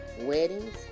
Weddings